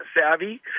savvy